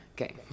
Okay